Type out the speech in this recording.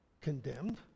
Condemned